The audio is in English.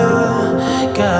God